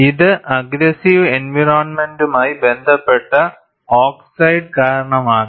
ഇത് അഗ്ഗ്രെസ്സിവ് എൻവയറോണ്മെന്റുമായി ബന്ധപ്പെട്ട ഓക്സൈഡ് കാരണമാകാം